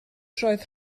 roedd